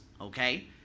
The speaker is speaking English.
Okay